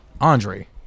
Andre